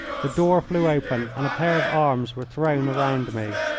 the door flew open and a pair of arms were thrown round me.